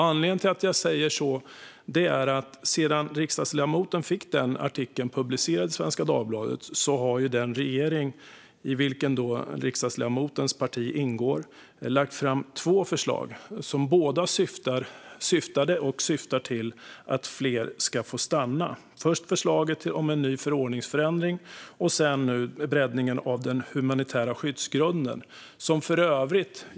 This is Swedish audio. Anledningen till att jag säger så är att sedan riksdagsledamoten fick artikeln publicerad i Svenska Dagbladet har den regering i vilken riksdagsledamotens parti ingår lagt fram två förslag som båda syftade och syftar till att fler ska få stanna, först förslaget om en ny förordningsförändring och nu breddningen av den humanitära skyddsgrunden.